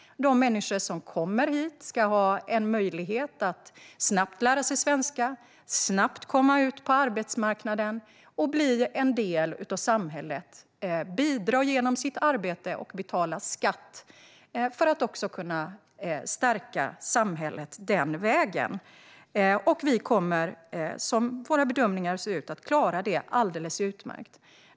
De människor som kommer hit ska ha möjlighet att snabbt lära sig svenska, snabbt komma ut på arbetsmarknaden och bli en del av samhället, bidra genom sitt arbete och betala skatt för att också kunna stärka samhället den vägen. Som våra bedömningar ser ut kommer vi att klara det alldeles utmärkt.